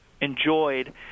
enjoyed